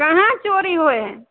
कहाँ चोरी होइ हय